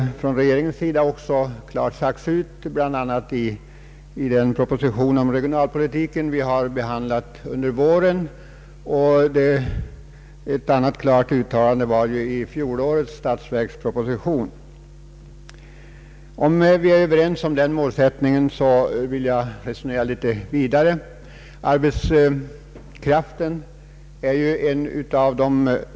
Detta har regeringen också klart uttalat, bl.a. i den proposition om regionalpolitiken som vi behandlade under våren. Ett annat uttalande härom från regeringens sida gjordes i fjolårets statsverksproposition. Eftersom vi alltså numera är ense om den målsättningen vill jag föra resonemanget en bit vidare.